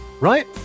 Right